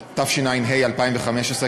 (תיקוני חקיקה ליישום המדיניות הכלכלית לשנות התקציב 2015 ו-2016),